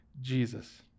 Jesus